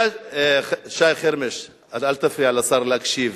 שי חרמש, אל תפריע לשר להקשיב.